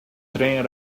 train